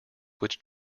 which